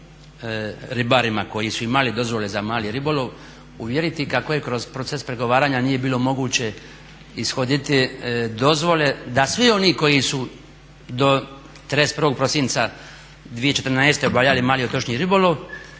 koji su imali dozvole za mali ribolov uvjeriti kako kroz proces pregovaranja nije bilo moguće ishoditi dozvole da svi oni koji su do 31.prosinca 2014.obavljali mali otočni ribolov